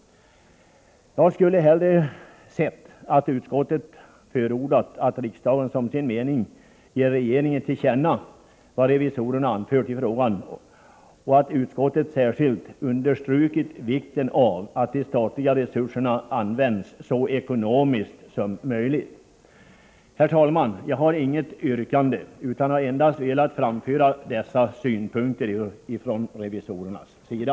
Jag skulle hellre ha sett att utskottet förordat att riksdagen som sin mening ger regeringen till känna vad revisorerna anfört i frågan och att utskottet särskilt understrukit vikten av att de statliga resurserna används så ekonomiskt som möjligt. Herr talman! Jag har inget yrkande utan har endast velat framföra dessa synpunkter från revisorernas sida.